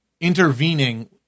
intervening